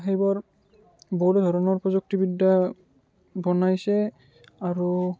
সেইবোৰ বহুতো ধৰণৰ প্ৰযুক্তিবিদ্যা বনাইছে আৰু